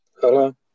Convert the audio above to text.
Hello